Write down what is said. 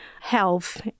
health